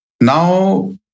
now